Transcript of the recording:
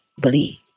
believe